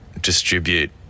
distribute